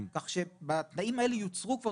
כך שבתנאים האלה יוצרו כבר